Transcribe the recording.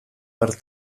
bart